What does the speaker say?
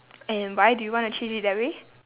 and why do you wanna change it that way